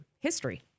history